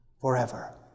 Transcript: forever